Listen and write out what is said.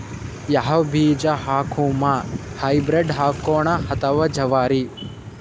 ಯಾವ ಬೀಜ ಹಾಕುಮ, ಹೈಬ್ರಿಡ್ ಹಾಕೋಣ ಅಥವಾ ಜವಾರಿ?